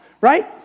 right